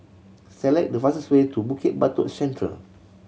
select the fastest way to Bukit Batok Central